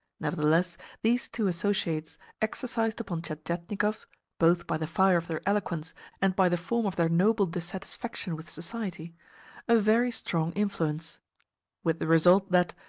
nevertheless these two associates exercised upon tientietnikov both by the fire of their eloquence and by the form of their noble dissatisfaction with society a very strong influence with the result that,